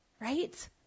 right